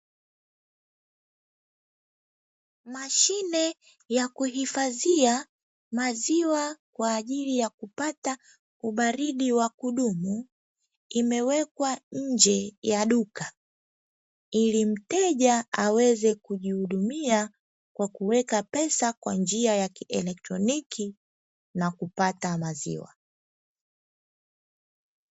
Mashine ya kuhifadhia maziwa kwa ajili ya kupata ubaridi wa kudumu, imewekwa nje ya duka ili mteja aweze kujihudumia kwa kuweka pesa kwa njia ya kielektroniki na kupata maziwa.